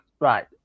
right